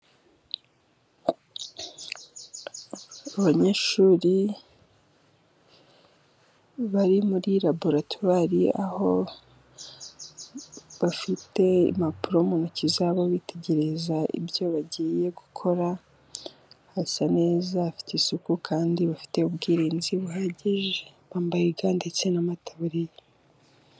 Abanyeshuri bari muri laboratwari aho bafite impapuro mu ntoki zabo, bitegereza ibyo bagiye gukora. Basa neza, bafite isuku kandi bafite ubwirinzi buhagije. Bambaye ga ndetse n'amataburiya.